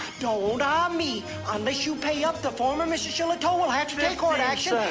don't aah me. unless you pay up, the former mrs. shillitoe will have to take court action.